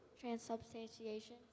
Transubstantiation